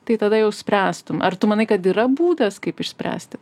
tai tada jau spręstum ar tu manai kad yra būdas kaip išspręsti